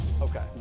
Okay